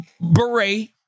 beret